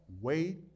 Wait